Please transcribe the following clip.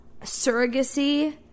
surrogacy